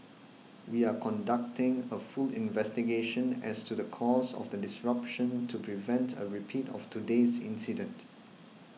we are conducting a full investigation as to the cause of the disruption to prevent a repeat of today's incident